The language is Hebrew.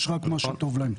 יש רק מה שטוב להם.